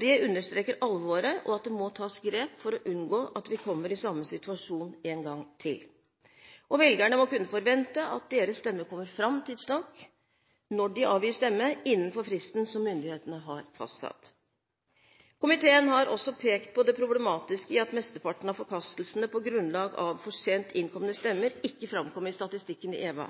Det understreker alvoret, og at det må tas grep for å unngå at vi kommer i samme situasjon en gang til. Velgerne må kunne forvente at deres stemme kommer fram tidsnok, når de avgir stemme innenfor fristen som myndighetene har fastsatt. Komiteen har også pekt på det problematiske i at mesteparten av forkastelsene på grunnlag av for sent innkomne stemmer ikke framkom i statistikken i EVA.